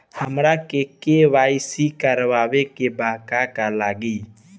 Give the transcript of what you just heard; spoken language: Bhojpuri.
हमरा के.वाइ.सी करबाबे के बा का का लागि?